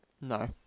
No